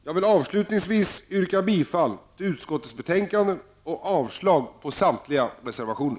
Jag vill avslutningsvis yrka bifall till utskottets hemställan och avslag på samtliga reservationer.